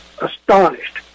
astonished